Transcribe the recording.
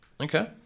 Okay